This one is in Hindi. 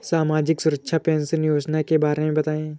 सामाजिक सुरक्षा पेंशन योजना के बारे में बताएँ?